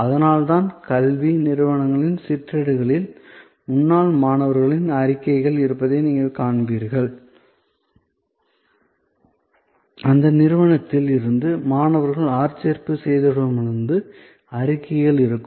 அதனால்தான் கல்வி நிறுவனங்களின் சிற்றேடுகளில் முன்னாள் மாணவர்களின் அறிக்கைகள் இருப்பதை நீங்கள் காண்பீர்கள் அந்த நிறுவனத்தில் இருந்து மாணவர்களை ஆட்சேர்ப்பு செய்தவர்களிடமிருந்து அறிக்கைகள் இருக்கும்